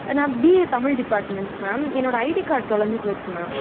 நான் BA Tamil department ma'am என்னோடய ID card தொலைஞ்சி போச்சு மேம்